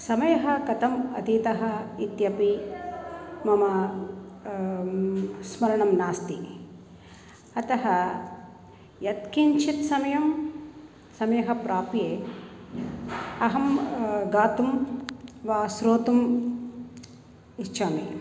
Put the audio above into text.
समयः कथम् अतीतः इत्यपि मम स्मरणं नास्ति अतः यत्किञ्चित् समयं समयः प्राप्ये अहं गातुं वा श्रोतुम् इच्छामि